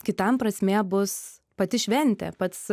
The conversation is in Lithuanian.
kitam prasmė bus pati šventė pats